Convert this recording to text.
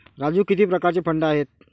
राजू किती प्रकारचे फंड आहेत?